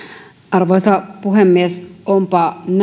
arvoisa puhemies onpa